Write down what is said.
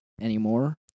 anymore